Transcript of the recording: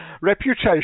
Reputation